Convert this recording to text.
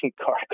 car